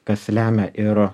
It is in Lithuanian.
kas lemia ir